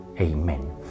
Amen